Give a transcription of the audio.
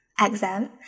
exam